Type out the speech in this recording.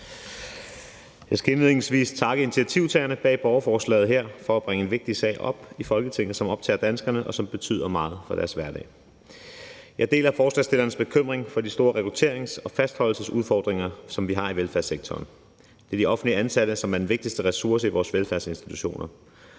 Jeg skal indledningsvis takke initiativtagerne bag borgerforslaget her for at bringe en vigtig sag op i Folketinget. Den optager danskerne, og den betyder meget for deres hverdag. Jeg deler forslagsstillernes bekymring for de store rekrutterings- og fastholdelsesudfordringer, som vi har i velfærdssektoren. Det er de offentligt ansatte, som er den vigtigste ressource i vores velfærdsinstitutioner.